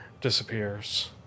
disappears